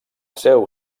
seu